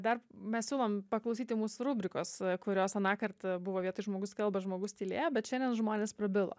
dar mes siūlom paklausyti mūsų rubrikos kurios anąkart buvo vietoj žmogus kalba žmogus tylėjo bet šiandien žmonės prabilo